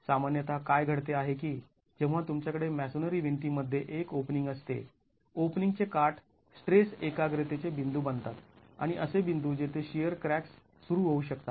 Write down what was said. सामान्यतः काय घडते आहे की जेव्हा तुमच्याकडे मॅसोनरी भिंती मध्ये एक ओपनिंग असते ओपनिंगचे काठ स्ट्रेस एकाग्रतेचे बिंदू बनतात आणि असे बिंदू जेथे शिअर क्रॅक्स् सुरू होऊ शकतात